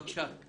בבקשה,